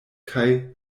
kaj